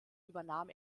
übernahm